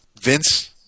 Vince